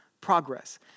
progress